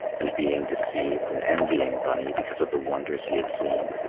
and being deceived and envying bunny because of the wonders he had seen,